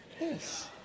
yes